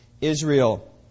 Israel